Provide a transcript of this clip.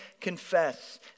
confess